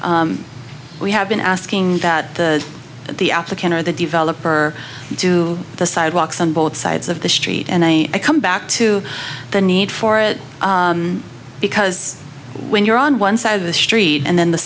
we have been asking that the that the applicant or the developer do the sidewalks on both sides of the street and i come back to the need for it because when you're on one side of the street and then the